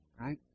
Right